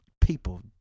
people